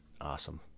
awesome